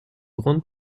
grande